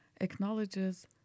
acknowledges